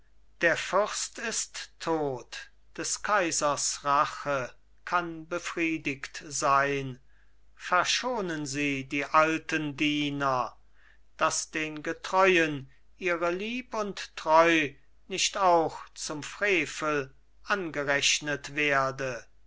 der fürst ist tot des kaisers rache kann befriedigt sein verschonen sie die alten diener daß den getreuen ihre lieb und treu nicht auch zum frevel angerechnet werde